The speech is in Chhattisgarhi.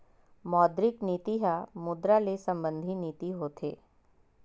मौद्रिक नीति ह मुद्रा ले संबंधित नीति होथे